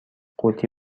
قوطی